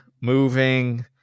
moving